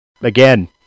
again